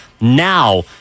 Now